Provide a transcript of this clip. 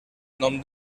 nom